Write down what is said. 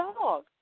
dog